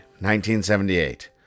1978